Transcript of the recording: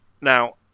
now